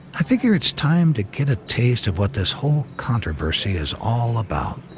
i figure it's time to get a taste of what this whole controversy is all about.